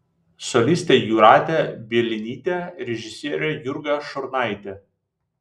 solistė jūratė bielinytė režisierė jurga šurnaitė